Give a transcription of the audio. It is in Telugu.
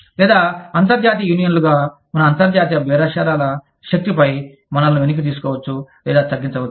లేదా అంతర్జాతీయ యూనియన్లుగా మన అంతర్జాతీయ బేరసారాల శక్తిపై మనలను వెనక్కి తీసుకోవచ్చు లేదా తగ్గించవచ్చు